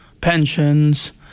pensions